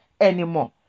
anymore